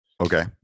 okay